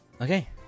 okay